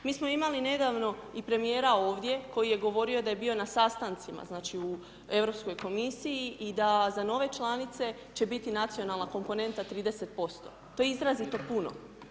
Mi smo imali nedavno i Premijera ovdje, koji je govorio da je bio na sastancima, znači, u Europskoj komisiji, i da za nove članice će biti Nacionalna komponenta 30%, to je izrazito puno.